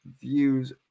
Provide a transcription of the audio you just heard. views